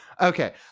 Okay